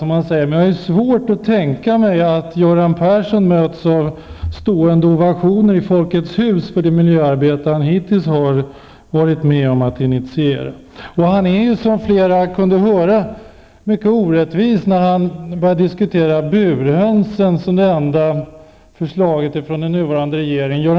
Jag har svårt att tänka mig att Göran Persson skulle mötas av stående ovationer i Folkets hus för det miljöarbete han hittills har varit med om att initiera. Han är ju, som flera kunde höra, mycket orättvis när han börjar diskutera burhönsen som det enda där den nuvarande regeringen agerat.